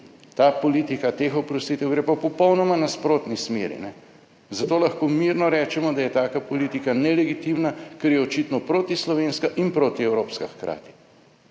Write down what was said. Ta politika teh oprostitev gre pa v popolnoma nasprotni smeri, zato lahko mirno rečemo, da je taka politika nelegitimna, ker je očitno protislovenska in protievropska hkrati.